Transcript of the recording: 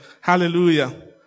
Hallelujah